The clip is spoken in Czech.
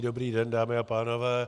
Dobrý den, dámy a pánové.